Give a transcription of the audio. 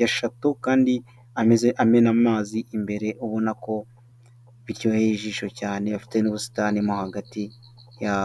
ya shato kandi amena amazi imbere, ubona ko biryohe ijisho cyane afite n'ubusitani mo hagati ya.